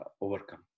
overcome